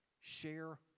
Share